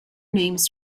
names